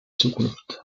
zukunft